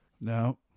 no